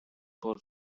for